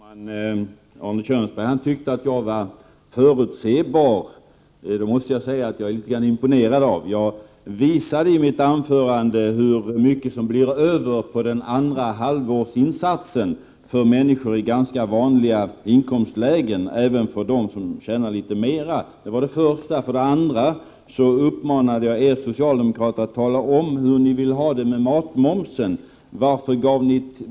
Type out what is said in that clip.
Herr talman! Arne Kjörnsberg tyckte att jag var förutsebar. Jag måste säga att jag är litet imponerad. Jag visade för det första i mitt anförande hur mycket som blir över efter den andra halvårsinsatsen för människor i ganska vanliga inkomstlägen, även för dem som tjänar litet mer. För det andra uppmanade jag er socialdemokrater att tala om hur ni vill ha det med matmomsen.